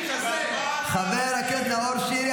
------ חבר הכנסת נאור שירי,